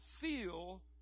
feel